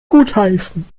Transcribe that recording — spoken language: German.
gutheißen